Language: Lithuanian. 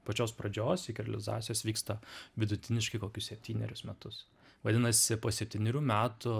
pačios pradžios iki realizacijos vyksta vidutiniškai kokius septynerius metus vadinasi po septynerių metų